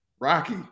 Rocky